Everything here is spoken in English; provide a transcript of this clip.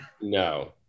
no